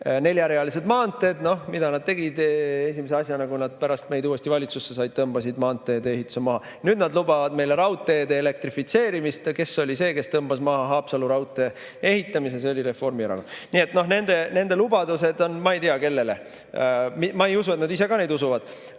neljarealised maanteed. Aga mida nad tegid esimese asjana, kui nad pärast meid uuesti valitsusse said? Tõmbasid maanteede ehituse maha. Nüüd nad lubavad meile raudteede elektrifitseerimist. Kes oli see, kes tõmbas maha Haapsalu raudtee ehitamise? See oli Reformierakond. Nii et noh, nende lubadused on ma ei tea kellele. Ma ei usu, et nad ise ka neid usuvad.